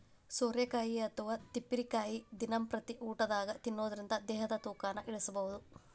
ಸೋರೆಕಾಯಿ ಅಥವಾ ತಿಪ್ಪಿರಿಕಾಯಿ ದಿನಂಪ್ರತಿ ಊಟದಾಗ ತಿನ್ನೋದರಿಂದ ದೇಹದ ತೂಕನು ಇಳಿಸಬಹುದು